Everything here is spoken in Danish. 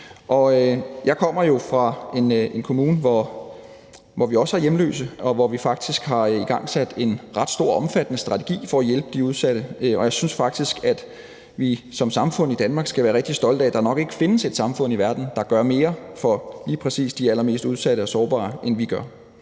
Jeg kommer jo fra en kommune, hvor vi også har hjemløse, og hvor vi faktisk har igangsat en ret stor og omfattende strategi for at hjælpe de udsatte, og jeg synes faktisk, at vi som samfund i Danmark skal være rigtig stolte af, at der nok ikke findes et samfund i verden, der gør mere for lige præcis de allermest udsatte og sårbare, end vi gør.